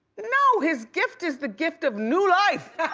no, his gift is the gift of new life.